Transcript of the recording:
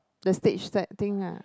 the stage setting ah